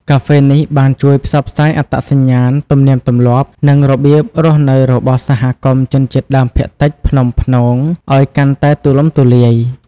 កាហ្វេនេះបានជួយ ផ្សព្វផ្សាយអត្តសញ្ញាណ ទំនៀមទម្លាប់ និងរបៀបរស់នៅរបស់សហគមន៍ជនជាតិដើមភាគតិចភ្នំព្នង ឱ្យកាន់តែទូលំទូលាយ។